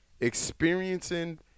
experiencing